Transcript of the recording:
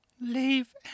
Leave